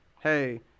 hey